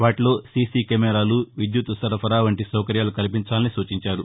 వాటిలో సీసీ కెమెరాలు విద్యుత్తు సరఫరా వంటి సౌకర్యాలు కల్పించాలని సూచించారు